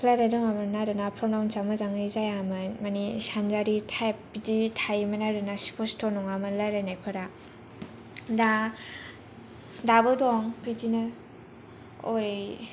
रायज्लायनो रोङामोन आरो ना प्रनाउन्सा मोजाङै जायामोन मानि सानजारि टाइप बिदि थायोमोन आरो ना स्पस्थ नोङामोन रायज्लायनायफोरा दा दाबो दं बिदिनो अरै